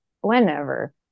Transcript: whenever